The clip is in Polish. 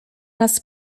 nas